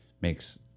makes